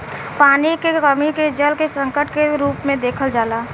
पानी के कमी के जल संकट के रूप में देखल जाला